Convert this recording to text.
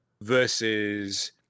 versus